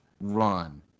run